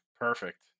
Perfect